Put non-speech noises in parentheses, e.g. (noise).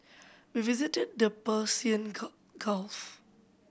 we visited the Persian (unintelligible) Gulf